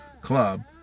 club